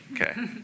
Okay